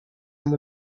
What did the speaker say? amb